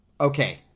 Okay